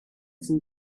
some